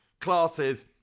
classes